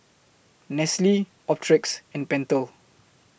Nestle Optrex and Pentel